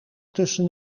tussen